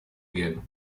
again